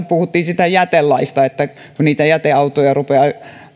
puhuttiin jätelaista että niitä jäteautoja rupeaa